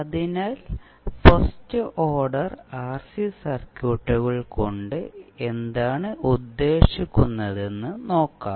അതിനാൽ first order RC സർക്യൂട്ടുകൾ കൊണ്ട് എന്താണ് ഉദ്ദേശിക്കുന്നതെന്ന് നോക്കാം